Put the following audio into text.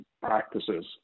practices